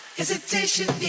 hesitation